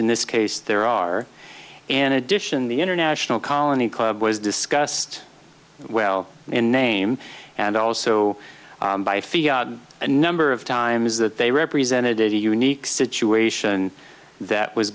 in this case there are an addition the international colony club was discussed well in name and also by feel a number of times that they represented a unique situation that was